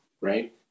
right